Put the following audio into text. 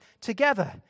together